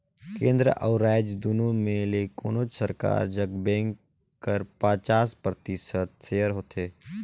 केन्द्र अउ राएज दुनो में ले कोनोच सरकार जग बेंक कर पचास परतिसत सेयर होथे